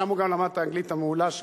שם הוא גם למד את האנגלית המעולה שלו.